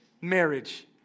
marriage